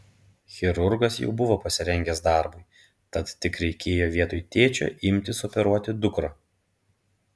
chirurgas jau buvo pasirengęs darbui tad tik reikėjo vietoj tėčio imtis operuoti dukrą